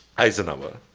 eisenhower.